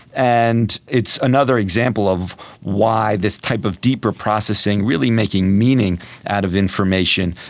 and it's another example of why this type of deeper processing, really making meaning out of information,